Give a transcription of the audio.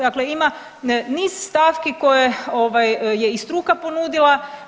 Dakle, ima niz stavki koje je i struka ponudila.